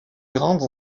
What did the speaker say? grande